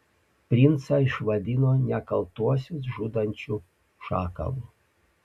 princą išvadino nekaltuosius žudančiu šakalu